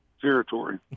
territory